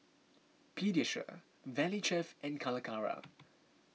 Pediasure Valley Chef and Calacara